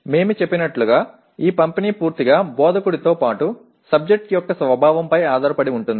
మేము చెప్పినట్లుగా ఈ పంపిణీ పూర్తిగా బోధకుడితో పాటు సబ్జెక్ట్ యొక్క స్వభావంపై ఆధారపడి ఉంటుంది